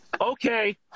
Okay